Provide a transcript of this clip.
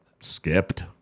skipped